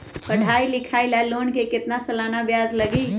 पढाई लिखाई ला लोन के कितना सालाना ब्याज लगी?